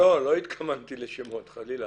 לא התכוונתי לשמות חלילה.